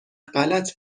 غلط